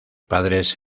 padres